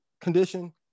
condition